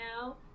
now